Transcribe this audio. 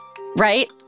right